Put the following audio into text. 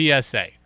PSA